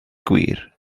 gwir